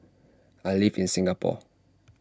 I live in Singapore